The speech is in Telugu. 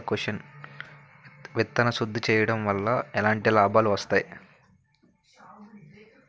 విత్తన శుద్ధి చేయడం వల్ల ఎలాంటి లాభాలు వస్తాయి?